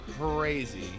crazy